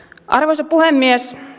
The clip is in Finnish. arvoisa puhemies